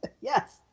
yes